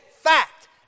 fact